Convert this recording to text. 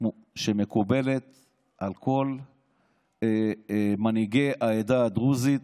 שמקובלת על כל מנהיגי העדה הדרוזית,